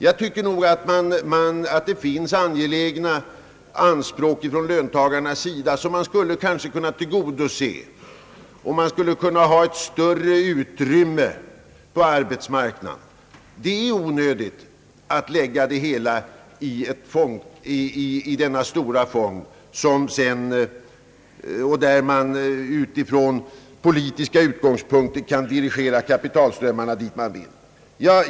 Jag tycker nog också att det från löntagarnas sida finns angelägna anspråk som man skulle kunna tillgodose genom att ge ett större utrymme åt dessa krav på arbetsmarknaden. Det är onödigt att lägga alla dessa penningmedel i denna stora fond, varifrån man sedan från politiska utgångspunkter kan dirigera kapitalströmmarna dit man vill.